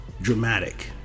dramatic